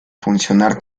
funcionar